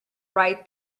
right